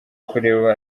kureba